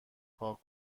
پاک